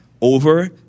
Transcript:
Over